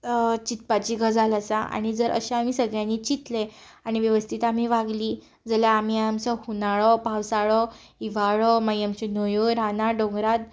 चिंतपाची गजाल आसा आनी जर अशें आमी सगळ्यांनी चिंतलें आनी वेवस्थीत आमी वागलीं जाल्यार आमी आमचो हुनाळो पावसाळो हिंवाळो मागीर आमचीं न्हंयो रानां डोंगरां